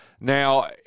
Now